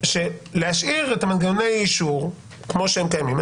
להשאיר את מנגנוני האישור כמו שהם קיימים.